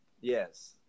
Yes